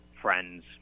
friends